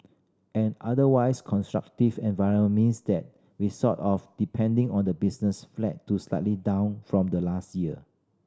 an otherwise constructive environment means that we sort of depending on the business flat to slightly down from the last year